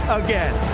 again